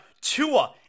Tua